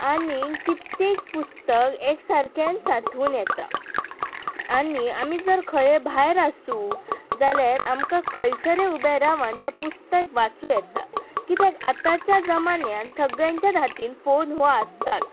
आनी कित्येक पुस्तक एक सारक्यान सांठवून येता आनी आमी जर खंयय भायर आसूं जाल्यार आमकां खंयसर उबे रावान तो पुस्तक वाचूं येता कित्याक आतांच्या जमान्यान सगळ्यांच्या हातीन फोन हो आसतात